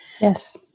yes